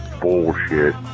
bullshit